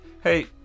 hey